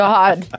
God